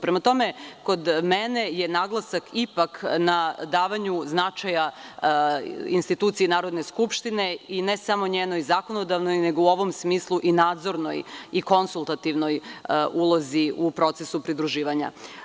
Prema tome, kod mene je naglasak ipak na davanje značaja instituciji Narodne skupštine, ne samo njenoj zakonodavnoj, nego u ovom smislu i nadzornoj i konsultativnoj ulozi u procesu pridruživanja.